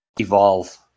Evolve